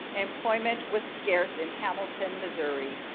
employment was scarce in hamilton, missouri.